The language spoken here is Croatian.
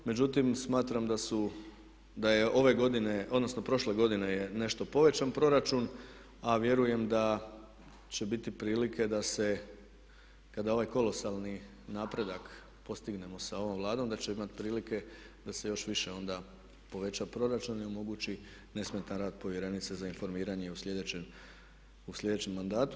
Međutim, smatram da je ove godine odnosno prošle godine je nešto povećan proračun a vjerujem da će biti prilike da se kada ovaj kolosalni napredak postignemo sa ovom Vladom da će imati prilike da se još više onda poveća proračun i omogući nesmetan rad povjerenice za informiranje i u sljedećem mandatu.